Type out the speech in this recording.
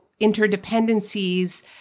interdependencies